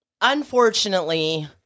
Unfortunately